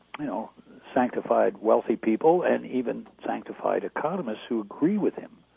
you know sanctified wealthy people and even sanctified economists who agree with him